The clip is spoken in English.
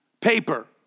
paper